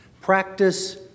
Practice